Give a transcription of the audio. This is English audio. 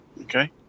Okay